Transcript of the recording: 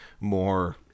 more